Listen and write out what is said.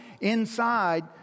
inside